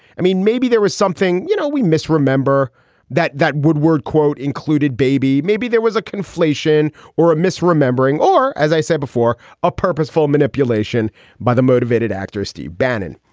i mean, maybe there was something you know, we misremember that that woodward quote included, baby. maybe there was a conflation or a misremembering or, as i say before, a purposeful manipulation by the motivated actor steve bannon.